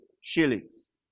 shillings